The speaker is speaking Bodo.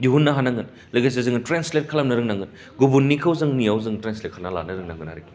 दिहुन्नो हानांगोन लोगोसे जोङो ट्रेन्सलेट खालामनो रोंनांगोन गुबुननिखौ जोंनियाव जों ट्रेन्सलेट खालायना लानो रोंनांगोन आरखि